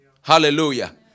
Hallelujah